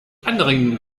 anderen